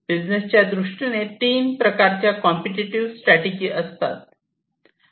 बिझनेसच्या दृष्टीने तीन प्रकारच्या कॉम्पटिटिव्ह स्ट्रॅटजी असतात